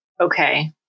Okay